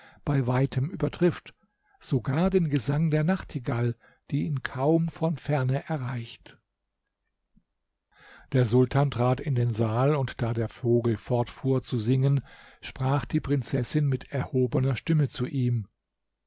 bei weitem übertrifft sogar den gesang der nachtigall die ihn kaum von ferne erreicht der sultan trat in den saal und da der vogel fortfuhr zu singen sprach die prinzessin mit erhobener stimme zu ihm